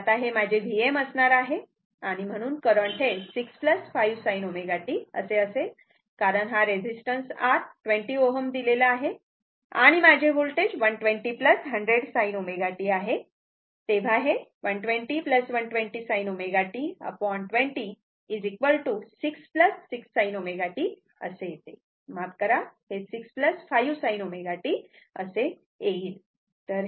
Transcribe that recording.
तर आता हे माझे Vm असणार आहे म्हणून करंट हे 6 5 sin ω t असे असेल कारण हा रेजिस्टन्स R 20Ω दिलेला आहे आणि आणि माझे वोल्टेज 120 100 sin ω t आहे तेव्हा हे 120 120 sin ω t 20 6 6 sin ω t असे येते माफ करा हे 6 5 sin ω t असे येईल